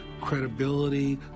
credibility